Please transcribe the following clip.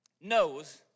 knows